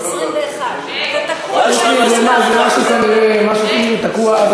21. זה כנראה משהו שתקוע,